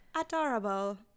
adorable